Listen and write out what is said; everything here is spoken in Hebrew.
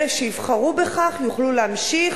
ואלה שיבחרו בכך יוכלו להמשיך